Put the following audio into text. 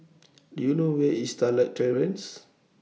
Do YOU know Where IS Starlight Terrace